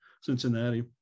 Cincinnati